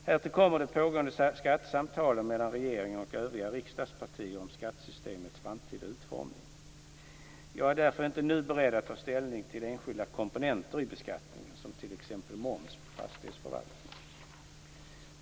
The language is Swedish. Härtill kommer de pågående skattesamtalen mellan regeringen och övriga riksdagspartier om skattesystemets framtida utformning. Jag är därför inte nu beredd att ta ställning till enskilda komponenter i beskattningen - som t.ex. moms på fastighetsförvaltning.